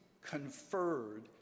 conferred